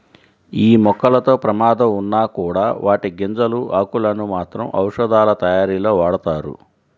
యీ మొక్కలతో ప్రమాదం ఉన్నా కూడా వాటి గింజలు, ఆకులను మాత్రం ఔషధాలతయారీలో వాడతారు